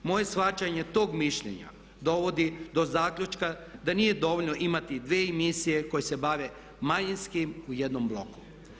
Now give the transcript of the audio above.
Moje shvaćanje tog mišljenja dovodi do zaključka da nije dovoljno imati dvije emisije koje se bave manjinskim u jednom bloku.